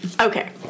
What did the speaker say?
Okay